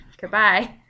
Goodbye